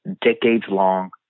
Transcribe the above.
decades-long